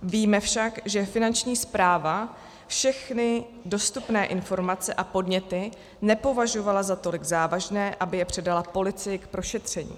Víme však, že Finanční správa všechny dostupné informace a podněty nepovažovala za tolik závažné, aby je předala policii k prošetření.